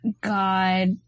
god